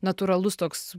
natūralus toks